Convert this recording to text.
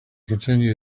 continue